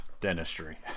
dentistry